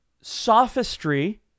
sophistry